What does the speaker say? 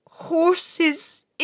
Horse's